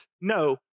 no